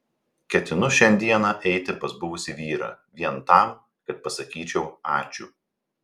ketinu šiandieną eiti pas buvusį vyrą vien tam kad pasakyčiau ačiū